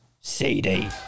CD